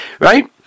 Right